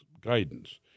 guidance